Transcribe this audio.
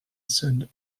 send